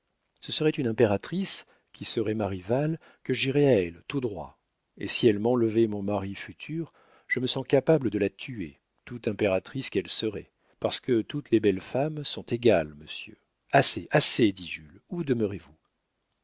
ce serait une impératrice qui serait ma rivale que j'irais à elle tout droit et si elle m'enlevait mon mari futur je me sens capable de la tuer tout impératrice qu'elle serait parce que toutes les belles femmes sont égales monsieur assez assez dit jules où